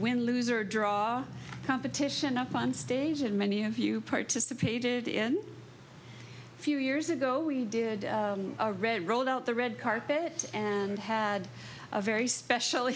win lose or draw competition up on stage and many of you participated in a few years ago we did a read rolled out the red carpet and had a very special